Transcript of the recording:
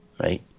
Right